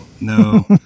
no